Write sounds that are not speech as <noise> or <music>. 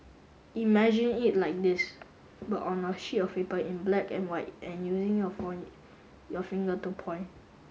imagine it like this but on a sheet of paper in black and white and using your <unintelligible> your finger to point